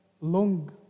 long